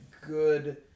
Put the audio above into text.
good